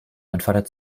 entfaltet